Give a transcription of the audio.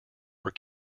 were